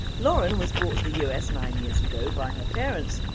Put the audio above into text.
lauren was brought to the u s. nine years ago by her parents.